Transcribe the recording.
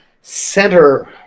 center